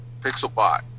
Pixelbot